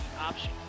option